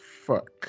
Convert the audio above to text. fuck